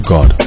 God